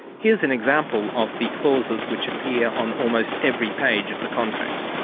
here's an example of the clauses which appear on almost every page of the contract